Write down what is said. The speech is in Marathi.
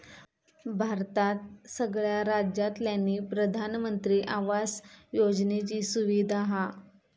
भारतात सगळ्या राज्यांतल्यानी प्रधानमंत्री आवास योजनेची सुविधा हा